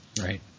Right